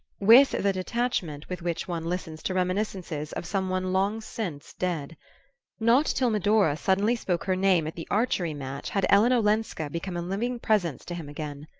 with the detachment with which one listens to reminiscences of some one long since dead not till medora suddenly spoke her name at the archery match had ellen olenska become a living presence to him again.